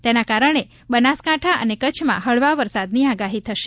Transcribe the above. તેના કારણે બનાસકાંઠા કચ્છમાં હળવા વરસાદની આગાહી કરી છે